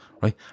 Right